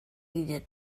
ginen